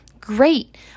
Great